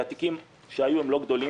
כי התיקים שהיו לא גדולים.